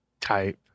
type